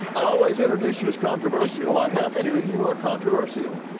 always introduce you as controversial. i have to, you are controversial.